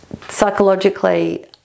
psychologically